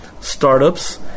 startups